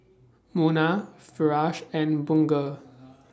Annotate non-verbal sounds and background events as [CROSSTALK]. [NOISE] Munah Firash and Bunga